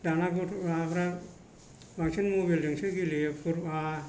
दाना गथ' माबाफोरा बांसिन मबाइल जोंसो गेलेयो